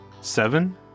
seven